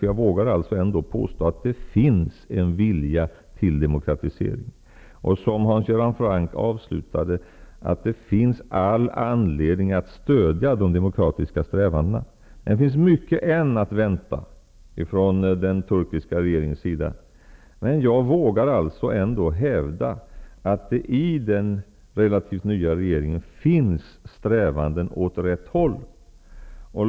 Jag vågar ändå påstå att det finns en vilja till demokratisering. Som Hans Göran Franck avslutade finns det all anledning att stödja de demokratiska strävandena. Det finns mycket än att vänta från den turkiska regeringen, men jag vågar ändå hävda att det i den relativt nya regeringen finns strävanden åt rätt håll.